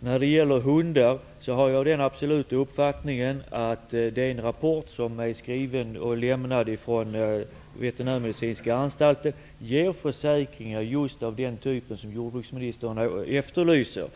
När det gäller hundar har jag den absoluta uppfattningen att den rapport som är skriven och lämnad från Veterinärmedicinska Anstalten ger försäkringar av just den typ som jordbruksministern efterlyser.